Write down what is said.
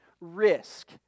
risk